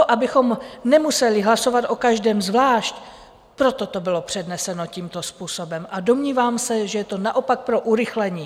Abychom nemuseli hlasovat o každém zvlášť, proto to bylo předneseno tímto způsobem, a domnívám se, že je to naopak pro urychlení.